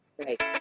Great